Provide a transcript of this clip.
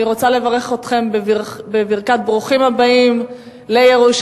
אני רוצה לברך אתכם בברכת ברוכים הבאים לירושלים,